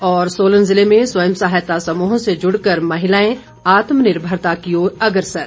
और सोलन ज़िले में स्वयं सहायता समूहों से जुड़कर महिलाएं आत्मनिर्भरता की ओर अग्रसर